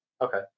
Okay